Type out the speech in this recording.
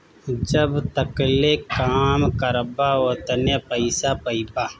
जब तकले काम करबा ओतने पइसा पइबा